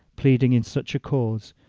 pleading in such a cause,